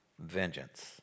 vengeance